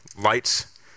lights